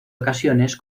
ocasiones